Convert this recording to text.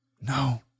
No